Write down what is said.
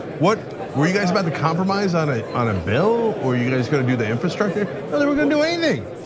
what were you guys about the compromise on a on a bill? are you guys gonna do the infrastructure that they were gonna do anything?